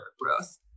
growth